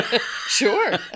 Sure